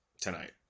tonight